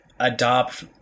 Adopt